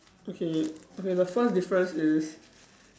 okay okay the first difference is